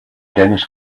dennis